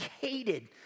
hated